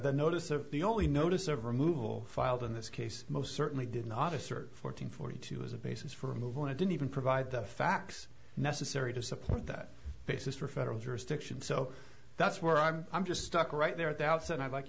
the notice of the only notice of removal filed in this case most certainly did not assert fourteen forty two as a basis for move on i didn't even provide the facts necessary to support that basis for federal jurisdiction so that's where i'm i'm just stuck right there at the outset i'd like